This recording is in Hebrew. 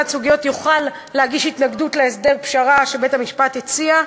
ייצוגית יוכל להגיש התנגדות להסדר פשרה שבית-המשפט הציע.